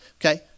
okay